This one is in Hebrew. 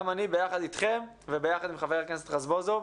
גם אני ביחד אתכם וביחד עם חבר הכנסת רזבוזוב.